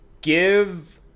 give